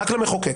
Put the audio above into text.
רק למחוקק,